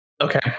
Okay